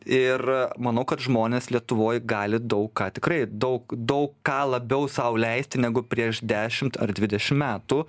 ir manau kad žmonės lietuvoj gali daug ką tikrai daug daug ką labiau sau leisti negu prieš dešimt ar dvidešimt metų